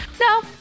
no